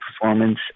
performance